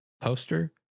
poster